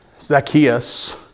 Zacchaeus